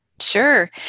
Sure